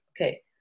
okay